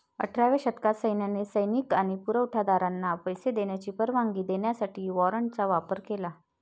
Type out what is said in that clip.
अठराव्या शतकात सैन्याने सैनिक आणि पुरवठा दारांना पैसे देण्याची परवानगी देण्यासाठी वॉरंटचा वापर केला